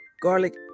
garlic